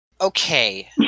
Okay